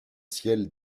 ciel